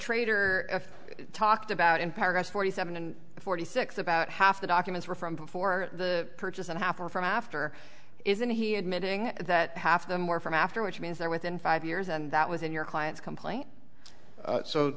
traitor talked about in paragraphs forty seven and forty six about half the documents were from before the purchase and half are from after isn't he admitting that half of them were from after which means they're within five years and that was in your client's complaint so so